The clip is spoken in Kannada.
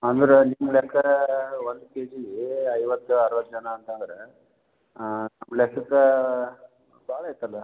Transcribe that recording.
ಅಂದ್ರೆ ನಿಮ್ಮ ಲೆಕ್ಕ ಒಂದು ಕೆಜೀ ಐವತ್ತು ಅರ್ವತ್ತು ಜನ ಅಂತಂದ್ರೆ ನಮ್ಮ ಲೆಕ್ಕಕ್ಕೆ ಭಾಳ ಆಯಿತಲ್ವಾ